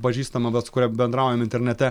pažįstama vat su kuria bendraujam internete